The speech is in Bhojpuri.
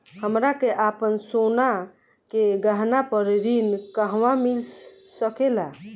हमरा के आपन सोना के गहना पर ऋण कहवा मिल सकेला?